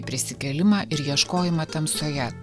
prisikėlimą ir ieškojimą tamsoje